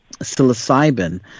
psilocybin